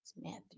Matthew